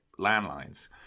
landlines